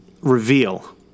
reveal